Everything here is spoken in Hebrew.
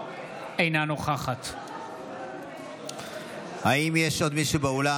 אינה נוכחת האם יש עוד מישהו באולם,